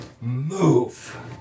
move